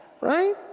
right